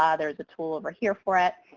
ah there's a tool over here for it.